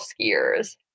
skiers